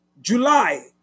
July